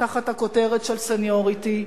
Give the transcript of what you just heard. תחת הכותרת של סניוריטי.